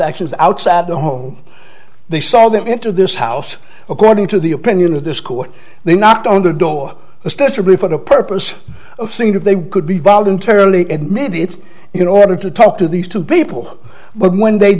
actions outside the home they saw them into this house according to the opinion of this court they knocked on the door especially for the purpose of thing if they could be voluntarily admitting it in order to talk to these two people but when they